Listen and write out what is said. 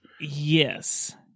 Yes